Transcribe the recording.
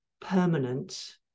permanent